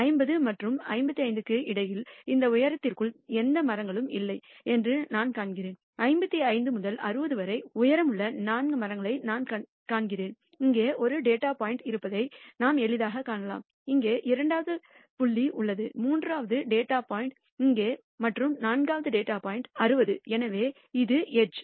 50 மற்றும் 55 க்கு இடையில் அந்த உயரத்திற்குள் எந்த மரங்களும் இல்லை என்று நான் காண்கிறேன் 55 முதல் 60 வரை உயரமுள்ள 4 மரங்களை நாங்கள் காண்கிறோம் இங்கே ஒரு டேட்டா பாயிண்ட் இருப்பதை நாம் எளிதாகக் காணலாம் இங்கே இரண்டாவது டேட்டா புள்ளி உள்ளது மூன்றாவது டேட்டா பாயிண்ட் இங்கே மற்றும் நான்காவது டேட்டா பாயிண்ட் 60 எனவே இது எட்ஜ்